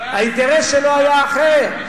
האינטרס שלו היה אחר.